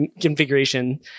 configuration